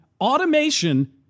automation